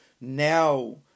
Now